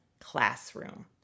classroom